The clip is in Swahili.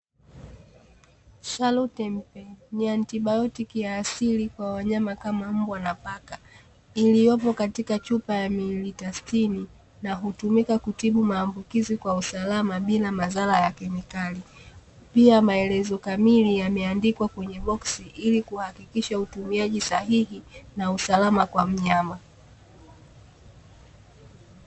Salutempet ni antibiotic ya asili kwa wanyama kama mbwa na paka iliyopo katika chupa ya mililita sitini na hutumika kutibu maambukizi kwa usalama bila madhara ya kemikali pia maelezo kamili yameandikwa kwenye boksi ili kuhakikisha utumiaji sahihi na usalama kwa mnyama.